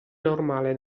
normale